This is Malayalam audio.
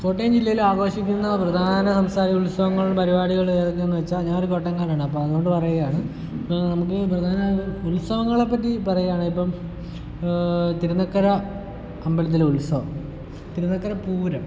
കോട്ടയം ജില്ലയിലാഘോഷിക്കുന്ന പ്രധാന ഉത്സവങ്ങളും പരിപാടികളും എതൊക്കെയാണെന്ന് വെച്ചാൽ ഞാനൊരു കോട്ടയംകാരനാണ് അപ്പം അതുകൊണ്ട് പറയുകയാണ് നമുക്ക് പ്രധാന ഉത്സവങ്ങളെപ്പറ്റി പറയുകയാണെ ഇപ്പം തിരുനക്കര അമ്പലത്തിലെ ഉത്സവം തിരുനക്കര പൂരം